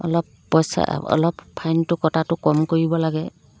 অলপ পইচা অলপ ফাইনটো কটাটো কম কৰিব লাগে